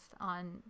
on